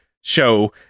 show